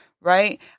Right